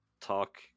talk